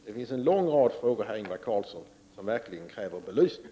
Det finns en lång rad frågor, Ingvar Carlsson, som verkligen kräver belysning.